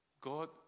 God